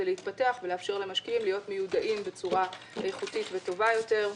להתפתח ולאפשר למשקיעים להיות מיודעים בצורה איכותית וטובה יותר.